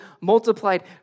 multiplied